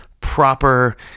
proper